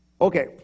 Okay